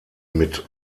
mit